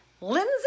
Lindsay